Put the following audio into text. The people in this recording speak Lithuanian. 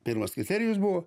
pirmas kriterijus buvo